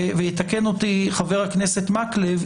ויתקן אותי חה"כ מקלב,